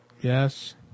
Yes